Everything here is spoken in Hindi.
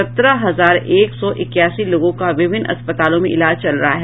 सत्रह हजार एक सौ इक्यासी लोगों का विभिन्न अस्पतालों में इलाज चल रहा है